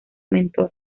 mentor